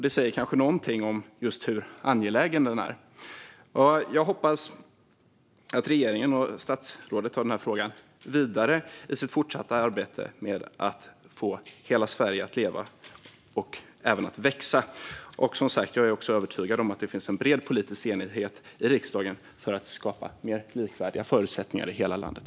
Det säger kanske någonting om hur angelägen den är. Jag hoppas att regeringen och statsrådet tar frågan vidare i sitt fortsatta arbete med att få hela Sverige att leva och även att växa. Som sagt är jag också övertygad om att det finns en bred politisk enighet i riksdagen för att skapa mer likvärdiga förutsättningar i hela landet.